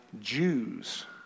Jews